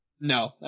No